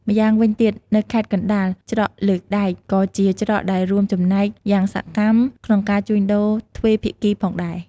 ម៉្យាងវិញទៀតនៅខេត្តកណ្តាល ច្រកលើកដែក ក៏ជាច្រកដែលរួមចំណែកយ៉ាងសកម្មក្នុងការជួញដូរទ្វេភាគីផងដែរ។